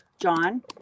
John